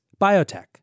biotech